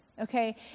okay